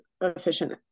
efficient